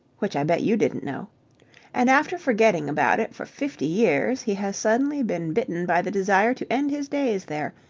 which i bet you didn't know and after forgetting about it for fifty years, he has suddenly been bitten by the desire to end his days there,